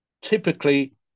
Typically